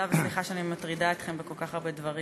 תודה וסליחה שאני מטרידה אתכם בכל כך הרבה דברים